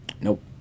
Nope